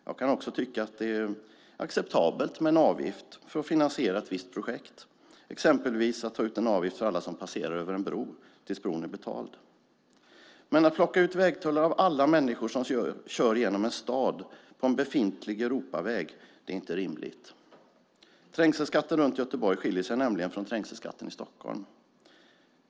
Jag kan också tycka att det är acceptabelt med en avgift för att finansiera ett visst projekt, exempelvis att ta ut en avgift för alla som passerar över en bro tills bron är betalad. Men att plocka ut vägtullar av alla människor som kör genom en stad på en befintlig Europaväg är inte rimligt. Trängselskatten runt Göteborg skiljer sig nämligen från trängselskatten i Stockholm.